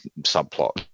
subplot